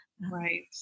Right